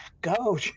go